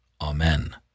Amen